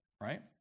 right